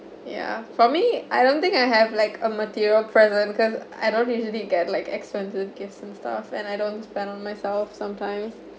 ya for me I don't think I have like a material present cause I don't usually get like expensive gifts and stuff and I don't spend on myself sometimes